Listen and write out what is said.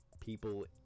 people